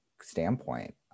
standpoint